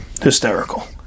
Hysterical